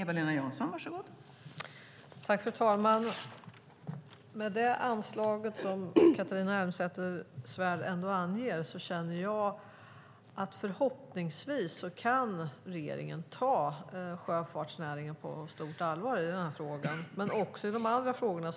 Fru talman! Med det anslag som Catharina Elmsäter-Svärd anger känner jag att regeringen förhoppningsvis kan ta sjöfartsnäringen på stort allvar i frågan och även i de andra frågorna.